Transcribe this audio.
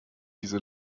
diese